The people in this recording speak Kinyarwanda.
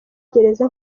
gereza